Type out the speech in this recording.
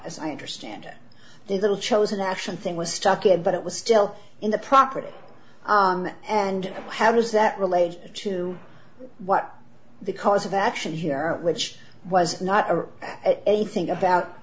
as i understand it the little chosen action thing was stuck in but it was still in the property and how does that relate to what the cause of action here which was not a thing about